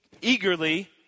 eagerly